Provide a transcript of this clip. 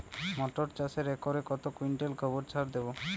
মটর চাষে একরে কত কুইন্টাল গোবরসার দেবো?